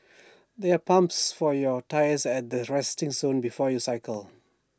there are pumps for your tyres at the resting zone before you cycle